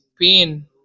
pain